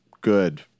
good